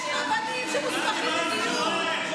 יש רבנים שמוסמכים לגיור.